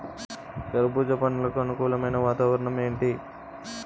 కర్బుజ పండ్లకు అనుకూలమైన వాతావరణం ఏంటి?